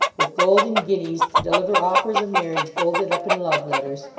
with golden guineas, to deliver offers of marriage folded up in love-letters!